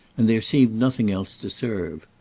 and there seemed nothing else to serve.